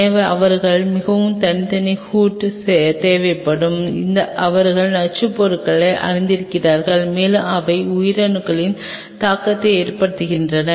எனவே அவர்களுக்கு மிகவும் தனித்தனி ஹூட் தேவைப்படலாம் அங்கு அவர்கள் நச்சுப் பொருளை அறிந்திருக்கிறார்கள் மேலும் அவை உயிரணுக்களில் தாக்கத்தை ஏற்படுத்துகின்றன